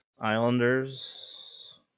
Islanders